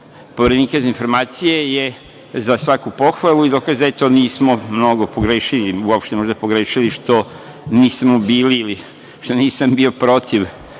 Poverenika za informacije je za svaku pohvalu i dokaz da nismo mnogo pogrešili ili uopšte možda pogrešili što nismo bili ili što nisam bio protiv